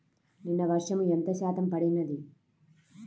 నిన్న వర్షము ఎంత శాతము పడినది?